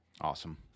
Awesome